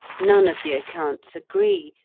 none of the accounts agree,